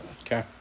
Okay